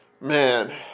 Man